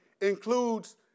includes